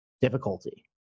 difficulty